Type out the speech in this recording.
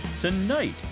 Tonight